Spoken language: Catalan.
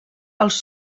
els